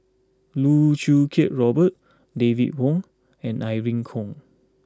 Loh Choo Kiat Robert David Wong and Irene Khong